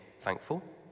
thankful